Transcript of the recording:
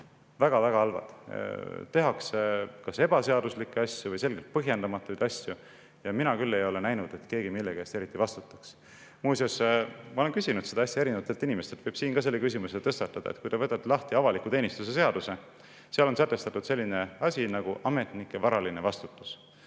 Väga-väga halvad. Tehakse kas ebaseaduslikke või selgelt põhjendamatuid asju ja mina küll ei ole näinud, et keegi millegi eest eriti vastutaks. Muuseas, ma olen küsinud seda hästi erinevatelt inimestelt. Võib ka siin selle küsimuse tõstatada. Kui te võtate lahti avaliku teenistuse seaduse, [siis näete, et] seal on sätestatud selline asi nagu ametniku varaline vastutus.